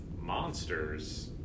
monsters